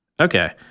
Okay